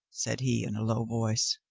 said he in a low voice.